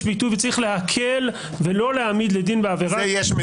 ביטוי וצריך להקל ולא להעמיד לדין בעבירה -- זה יש מדיניות.